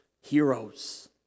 heroes